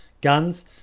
Guns